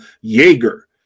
Jaeger